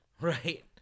Right